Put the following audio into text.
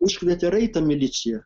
užkvietė raitą miliciją